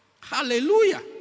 Hallelujah